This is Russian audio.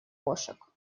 кошек